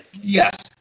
Yes